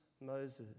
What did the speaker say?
Moses